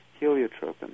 heliotropin